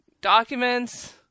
documents